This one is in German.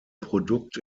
produkt